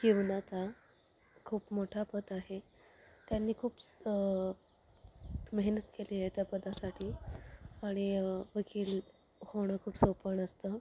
जीवनाचा खूप मोठा पद आहे त्यांनी खूप मेहनत केली आहे त्या पदासाठी आणि वकील होणं खूप सोपं नसतं